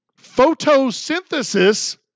photosynthesis